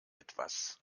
etwas